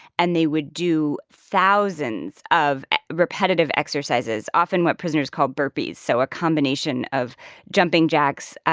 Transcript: and they would do thousands of repetitive exercises, often what prisoners called burpees so a combination of jumping jacks,